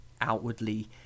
outwardly